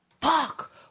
fuck